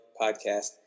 Podcast